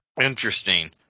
Interesting